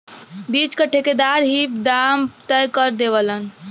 बीच क ठेकेदार ही दाम तय कर देवलन